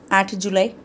આઠ જુલાઈ